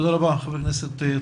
תודה רבה, חבר הכנסת טאהא.